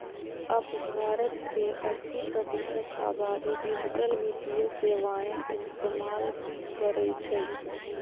अब भारत के अस्सी प्रतिशत आबादी डिजिटल वित्तीय सेवाएं इस्तेमाल करई छई